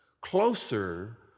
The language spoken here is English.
closer